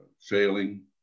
failing